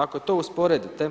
Ako to usporedite